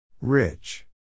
Rich